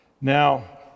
now